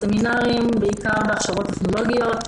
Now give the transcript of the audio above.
בסמינרים בעיקר בהכשרות טכנולוגיות.